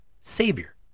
Savior